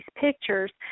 pictures